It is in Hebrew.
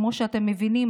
כמו שאתם מבינים,